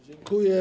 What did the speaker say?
Dziękuję.